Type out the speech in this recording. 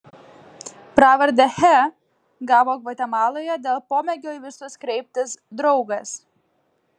pravardę che gavo gvatemaloje dėl pomėgio į visus kreiptis draugas